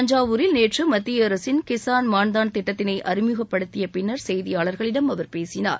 தஞ்சாவூரில் நேற்று மத்திய அரசின் கிசான் மான்தான் திட்டத்தினை அறிமுகப்படுத்திய பின்னர் செய்தியாளர்களிடம் அவர் பேசினார்